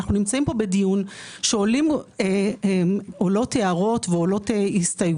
אנו נמצאים פה בדיון שעולות הערות והסתייגויות,